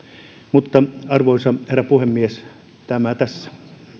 mutta arvoisa herra puhemies tämä tässä